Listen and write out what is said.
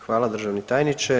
Hvala državni tajniče.